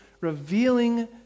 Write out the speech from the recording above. revealing